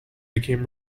became